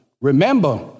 Remember